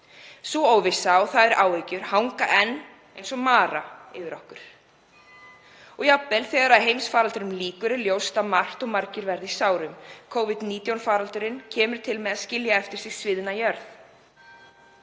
Sú óvissa og þær áhyggjur hanga enn eins og mara yfir okkur og jafnvel þegar heimsfaraldri lýkur er ljóst að margir verða í sárum. Covid-19 faraldurinn kemur til með að skilja eftir sig sviðna jörð.